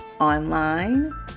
online